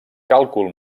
càlcul